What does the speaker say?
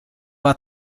war